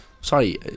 Sorry